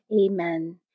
Amen